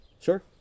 Sure